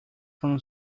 from